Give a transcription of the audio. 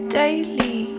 daily